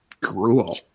gruel